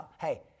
Hey